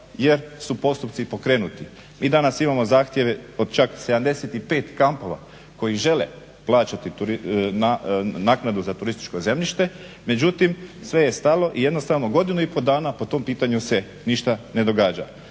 jer su postupci pokrenuti. Mi danas imamo zahtjeve od čak 75 kampova koji žele plaćati naknadu za turističko zemljišta, međutim sve je stalo i jednostavno godinu i pol dana po tom pitanju se ništa ne događa,